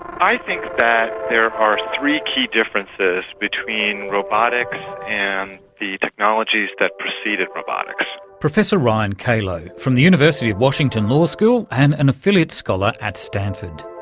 i think that there are three key differences between robotics and the technologies that preceded robotics. professor ryan calo from the university of washington law school and an affiliate scholar at stanford.